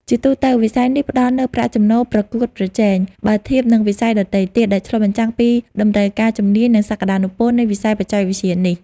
ជាទូទៅវិស័យនេះផ្តល់នូវប្រាក់ចំណូលប្រកួតប្រជែង បើធៀបនឹងវិស័យដទៃទៀត ដែលឆ្លុះបញ្ចាំងពីតម្រូវការជំនាញ និងសក្តានុពលនៃវិស័យបច្ចេកវិទ្យានេះ។